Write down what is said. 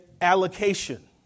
allocation